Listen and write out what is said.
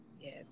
Yes